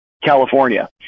California